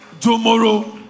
tomorrow